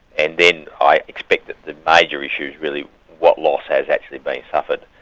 and then i expect that the major issue is really what loss has actually been suffered,